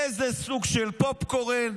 איזה סוג של פופקורן,